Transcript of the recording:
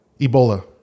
Ebola